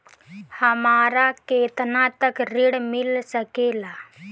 हमरा केतना तक ऋण मिल सके ला?